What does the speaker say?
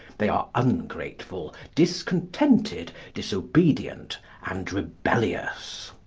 they are ungrateful, discontented, disobedient, and rebellious.